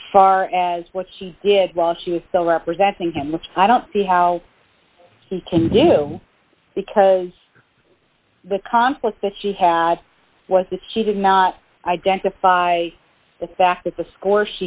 as far as what she did while she was still representing him which i don't see how she can do because the conflict that she had was that she could not identify the fact that the score